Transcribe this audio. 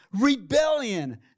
rebellion